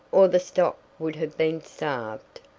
or the stock would have been starved.